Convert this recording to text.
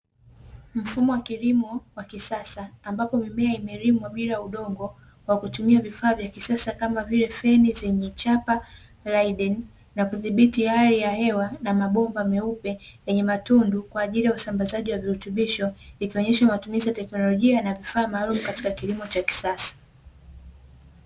Mfumo wa kilimo wa kisasa, ambapo mimea imelimwa bila udongo kwa kutumia vifaa vya kisasa kama vile feni za kisasa zenye chapa (LAIDENI), na kudhibiti hali ya hewa na mabomba meupe yenye matundu kwa ajili ya usambazaji wa virutubisho, ikionyesha matumizi ya teknolojia na vifaa maalumu katika kilimo cha kisasa.